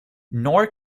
nor